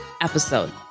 episode